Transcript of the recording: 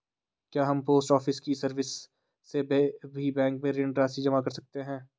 क्या हम post office की सर्विस से भी बैंक में ऋण राशि जमा कर सकते हैं?